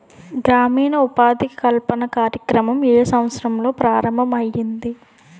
గ్రామీణ ఉపాధి కల్పన కార్యక్రమం ఏ సంవత్సరంలో ప్రారంభం ఐయ్యింది?